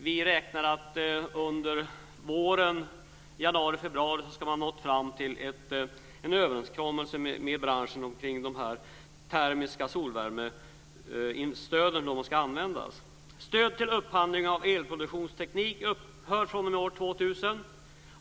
Vi räknar med att man ska ha nått fram till en överenskommelse med branschen i januari-februari kring hur dessa stöd till termisk solvärme ska användas.